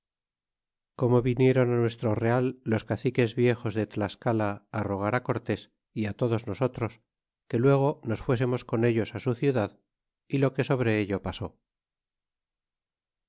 como vinieron nuestro real los caciques viejos de tlascala á rogar cortés y á todos nosotros que luego nos fuésemos con ellos su ciudad y lo que sobre ello pasó